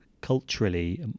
culturally